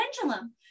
pendulum